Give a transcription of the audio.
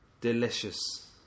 delicious